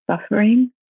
suffering